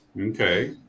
Okay